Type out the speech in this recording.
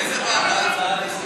איזה ועדה?